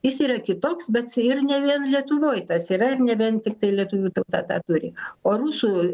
jis yra kitoks bet ir ne vien lietuvoj tas yra ir ne vien tiktai lietuvių tauta tą turi o rusų